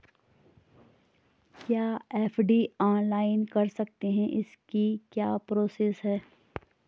क्या FD online कर सकते हैं इसकी क्या प्रोसेस है?